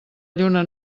lluna